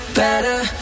better